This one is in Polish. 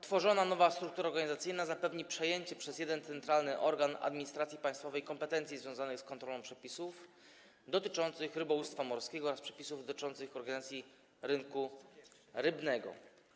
Tworzona nowa struktura organizacyjna zapewni przejęcie przez jeden centralny organ administracji państwowej kompetencji związanych z kontrolą przestrzegania przepisów dotyczących rybołówstwa morskiego oraz przepisów dotyczących organizacji rynku rybnego.